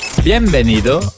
Bienvenido